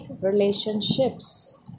relationships